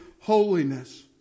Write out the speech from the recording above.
holiness